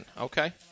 Okay